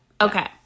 Okay